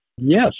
Yes